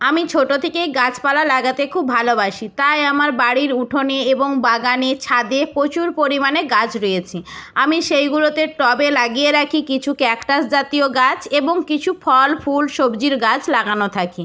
আমি ছোটো থেকেই গাছপালা লাগাতে খুব ভালোবাসি তাই আমার বাড়ির উঠোনে এবং বাগানে ছাদে প্রচুর পরিমাণে গাছ রয়েছে আমি সেইগুলোতে টবে লাগিয়ে রাখি কিছু ক্যাকটাস জাতীয় গাছ এবং কিছু ফল ফুল সবজির গাছ লাগানো থাকে